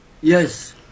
Yes